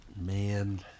man